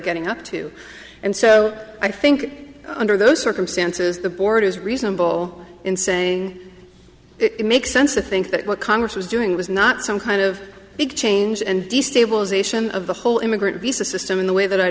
getting up to and so i think under those circumstances the board is reasonable in saying it makes sense to think that what congress was doing was not some kind of big change and destabilization of the whole immigrant visa system in the way that i